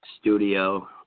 studio